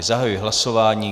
Zahajuji hlasování.